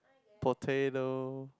potato